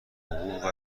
حقوق